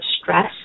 stress